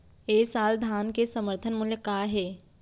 ए साल धान के समर्थन मूल्य का हे?